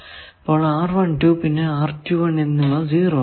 അപ്പോൾ പിന്നെ എന്നിവ 0 ആണ്